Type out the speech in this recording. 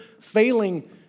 failing